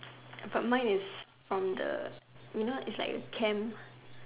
but mine is from the you know is like a camp